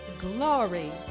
Glory